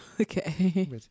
Okay